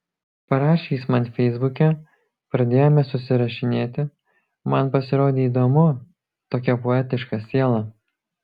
parašė jis man feisbuke pradėjome susirašinėti man pasirodė įdomu tokia poetiška siela